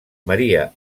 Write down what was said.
maria